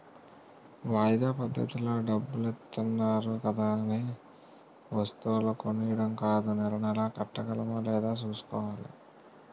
వాయిదా పద్దతిలో డబ్బులిత్తన్నారు కదా అనే వస్తువులు కొనీడం కాదూ నెలా నెలా కట్టగలమా లేదా సూసుకోవాలి